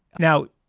now,